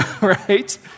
right